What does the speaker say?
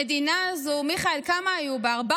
המדינה הזו, מיכאל, כמה היו בה?